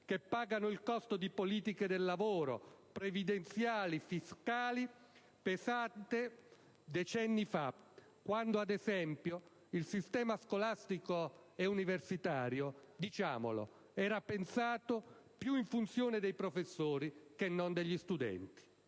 che pagano il costo di politiche del lavoro, previdenziali e fiscali pensate decenni fa, quando ad esempio il sistema scolastico e universitario - diciamolo - era pensato più in funzione dei professori che non degli studenti.